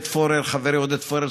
חברי עודד פורר,